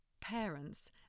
parents